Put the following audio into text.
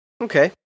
Okay